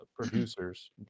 producers